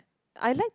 I like